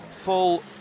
full